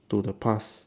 to the past